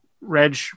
reg